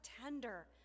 tender